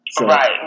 right